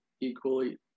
equally